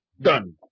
Done